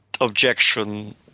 objection